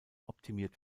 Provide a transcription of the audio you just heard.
optimiert